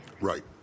Right